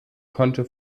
konnte